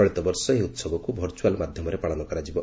ଚଳିତବର୍ଷ ଏହି ଉତ୍ସବକୁ ଭର୍ଚୁଆଲ ମାଧ୍ୟମରେ ପାଳନ କରାଯିବ